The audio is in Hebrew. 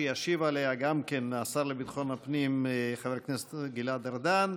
שגם עליה ישיב השר לביטחון הפנים חבר הכנסת גלעד ארדן,